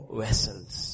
vessels